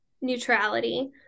neutrality